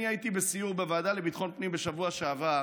אני הייתי בסיור בוועדה לביטחון פנים בשבוע שעבר,